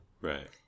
Right